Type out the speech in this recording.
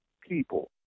people